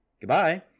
Goodbye